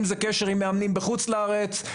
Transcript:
אם זה קשר עם מאמנים בחוץ לארץ,